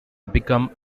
become